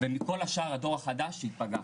ומכל השאר, הדור החדש להיפגע,